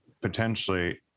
potentially